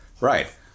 Right